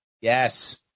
Yes